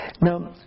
Now